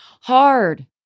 hard